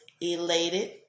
elated